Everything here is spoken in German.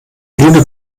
lüge